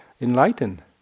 enlightened